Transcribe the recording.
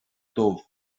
dubh